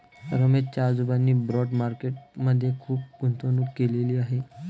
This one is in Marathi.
रमेश च्या आजोबांनी बाँड मार्केट मध्ये खुप गुंतवणूक केलेले आहे